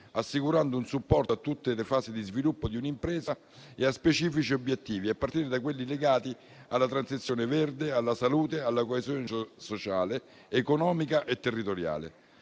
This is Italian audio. assicurando un supporto a tutte le fasi di sviluppo di un'impresa e a specifici obiettivi, a partire da quelli legati alla transizione verde, alla salute, alla coesione sociale, economica e territoriale.